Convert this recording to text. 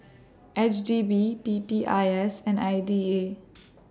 H D B P P I S and I D A